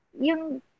Yung